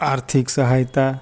આર્થિક સહાયતા